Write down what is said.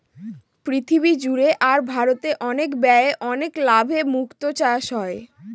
পৃথিবী জুড়ে আর ভারতে কম ব্যয়ে অনেক লাভে মুক্তো চাষ হয়